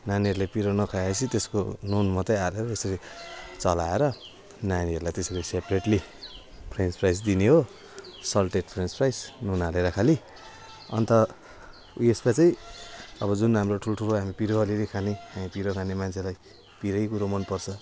नानीहरूले पिरो नखाएपछि त्यसको नुन मात्र हालेर यसरी चलाएर नानीहरूलाई त्यसरी सेपरेटली फ्रेन्च फ्राइस दिने हो सल्टेट फ्रेन्च फ्राइस नुन हालेर खालि अन्त उयसका चाहिँ अब जुन हाम्रो ठुल्ठुलो हामी पिरो अलिअलि खाने हामी पिरो खाने मान्छेलाई पिरै कुरो मनपर्छ